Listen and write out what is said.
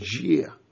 year